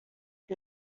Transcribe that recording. que